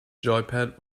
joypad